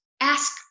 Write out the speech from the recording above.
ask